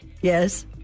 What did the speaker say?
Yes